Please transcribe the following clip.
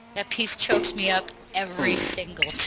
that piece chokes me up every single